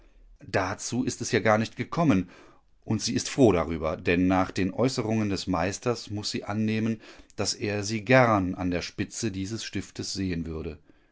dazu ist es ja gar nicht gekommen und sie ist froh darüber denn nach den äußerungen des meisters muß sie annehmen daß er sie gern an der spitze dieses stiftes sehen würde